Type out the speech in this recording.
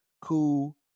cool